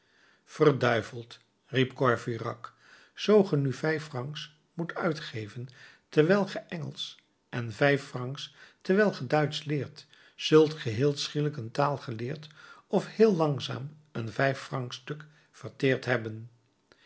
verduiveld riep courfeyrac zoo ge nu vijf francs moet uitgeven terwijl ge engelsch en vijf francs terwijl ge duitsch leert zult ge heel schielijk een taal geleerd of heel langzaam een vijf francstuk verteerd hebben